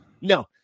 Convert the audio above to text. No